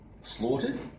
slaughtered